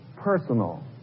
Personal